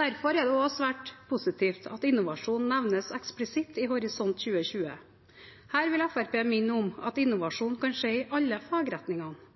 Derfor er det også svært positivt at innovasjon nevnes eksplisitt i Horisont 2020. Her vil Fremskrittspartiet minne om at innovasjon kan skje i alle